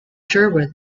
cherwell